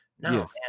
No